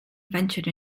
ventured